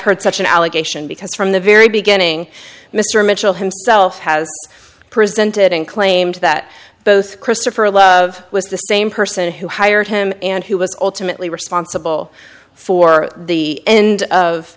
heard such an allegation because from the very beginning mr mitchell himself has presented and claimed that both christopher love was the same person who hired him and who was ultimately responsible for the end of